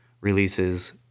releases